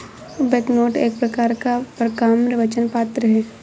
banknote एक प्रकार का परक्राम्य वचन पत्र है